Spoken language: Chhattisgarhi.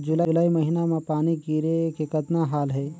जुलाई महीना म पानी गिरे के कतना हाल हे?